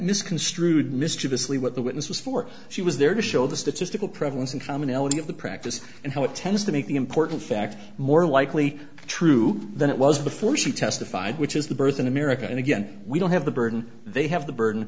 misconstrued mischievously what the witness was for she was there to show the statistical prevalence and commonality of the practice and how it tends to make the important fact more likely true than it was before she testified which is the birth in america and again we don't have the burden they have the burden